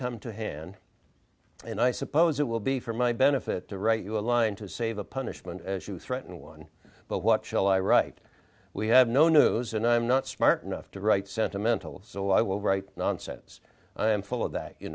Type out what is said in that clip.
come to hand and i suppose it will be for my benefit to write you a line to save a punishment as you threaten one but what shall i write we have no news and i'm not smart enough to write sentimental so i will write nonsense i am full of that you